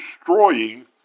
destroying